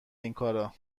اینکارا